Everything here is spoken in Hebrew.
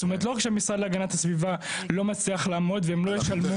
זאת אומרת לא רק שהמשרד להגנת הסביבה לא מצליח לעמוד והם לא ישלמו.